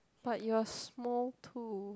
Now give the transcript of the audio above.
but you are small too